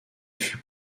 fut